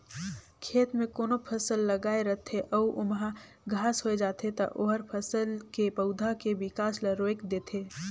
खेत में कोनो फसल लगाए रथे अउ ओमहा घास होय जाथे त ओहर फसल के पउधा के बिकास ल रोयक देथे